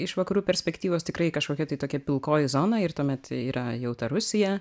iš vakarų perspektyvos tikrai kažkokia tai tokia pilkoji zona ir tuomet yra jau ta rusija